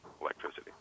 electricity